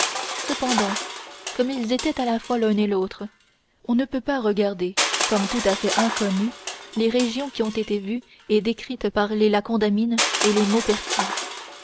cependant comme ils étaient à la fois l'un et l'autre on ne peut pas regarder comme tout à fait inconnues les régions qui ont été vues et décrites par les la condamine et les maupertuis